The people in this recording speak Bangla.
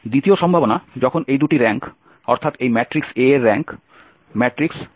দ্বিতীয় সম্ভাবনা যখন এই দুটি র্যাঙ্ক অর্থাৎ এই ম্যাট্রিক্স A এর র্যাঙ্ক ম্যাট্রিক্স A